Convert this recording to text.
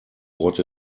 what